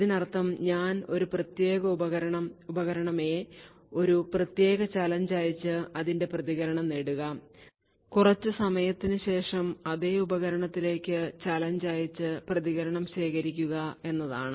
ഇതിനർത്ഥം ഞാൻ ഒരു പ്രത്യേക ഉപകരണം ഉപകരണം എ ഒരു പ്രത്യേക ചലഞ്ച് അയച്ച് അതിന്റെ പ്രതികരണം നേടുക കുറച്ച് സമയത്തിന് ശേഷം അതേ ഉപകരണത്തിലേക്ക് ചലഞ്ച് അയച്ച് പ്രതികരണം ശേഖരിക്കുക എന്നതാണ്